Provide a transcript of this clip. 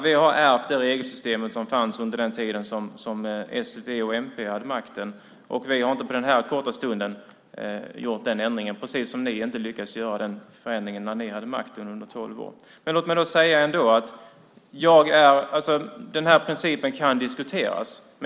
Vi har ärvt det regelsystem som fanns under den tid som s, v och mp hade makten, och vi har inte på den här korta tiden gjort den ändringen, precis som ni inte lyckades göra den förändringen när ni hade makten under tolv år. Låt mig ändå säga att principen kan diskuteras.